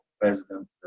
President